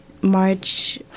March